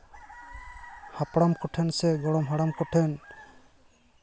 ᱦᱟᱯᱲᱟᱢ ᱠᱚᱴᱷᱮᱱ ᱥᱮ ᱜᱚᱲᱚᱢ ᱦᱟᱲᱟᱢ ᱠᱚ ᱴᱷᱮᱱ